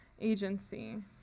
agency